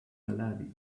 malawi